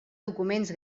documents